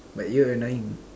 but you annoying